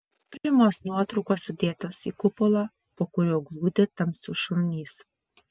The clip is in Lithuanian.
turimos nuotraukos sudėtos į kupolą po kuriuo glūdi tamsus šulinys